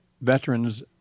veterans